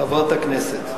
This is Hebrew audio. חברת הכנסת.